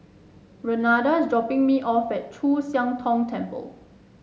Renada is dropping me off at Chu Siang Tong Temple